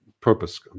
Purpose